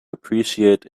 appreciate